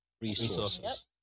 resources